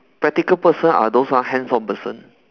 practical person are ah those hands on person